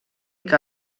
que